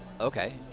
okay